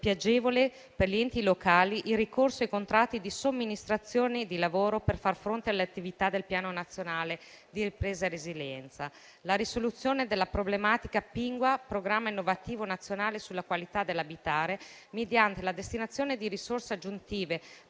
che rende più agevole, per gli enti locali, il ricorso ai contratti di somministrazione di lavoro per far fronte alle attività del Piano nazionale di ripresa e resilienza; la risoluzione della problematica Pinqua (Programma innovativo nazionale sulla qualità dell'abitare) mediante la destinazione di risorse aggiuntive,